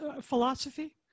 philosophy